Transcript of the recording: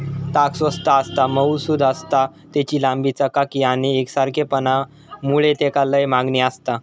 ताग स्वस्त आसता, मऊसुद आसता, तेची लांबी, चकाकी आणि एकसारखेपणा मुळे तेका लय मागणी आसता